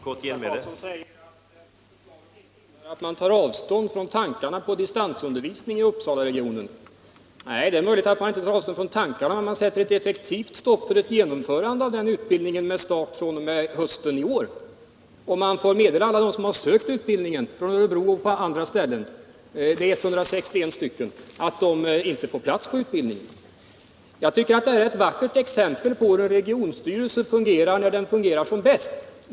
Herr talman! Gösta Karlsson säger att förslaget inte innebär att man tar tar avstånd från tankarna på distansundervisning i Uppsalaregionen. Det är möjligt att man inte tar avstånd från tankarna, men man sätter ett effektivt stopp för genomförandet av den utbildningen med start fr.o.m. hösten i år. Och man får meddela alla dem i Örebro och på andra platser som har sökt till utbildningen — det är 161 personer — att de inte får plats i utbildningen. Jag tycker att detta är ett vackert exempel på hur en regionstyrelse fungerar när den fungerar som bäst.